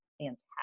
fantastic